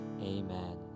Amen